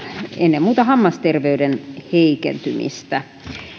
ennen muuta hammasterveyden heikentymistä